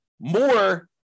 more